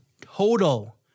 total